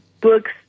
books